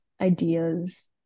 ideas